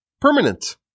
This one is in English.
permanent